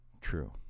True